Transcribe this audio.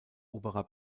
oberer